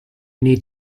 need